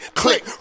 click